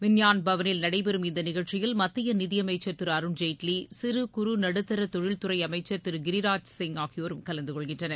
விஞ்ஞான் பவனில் நடைபெறும் இந்த நிகழ்ச்சியில் மத்திய நிதியமைச்சர் திரு அருண் ஜேட்லி சிறு குறு நடுத்தர தொழில்துறை அமைச்சர் திரு கிரிராஜ் சிங் ஆகியோரும் கலந்துகொள்கின்றனர்